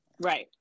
Right